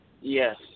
Yes